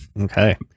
Okay